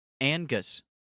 Angus